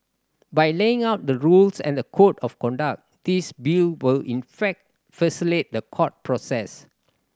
by laying out the rules and the code of conduct this Bill will in fact facilitate the court process